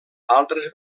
altres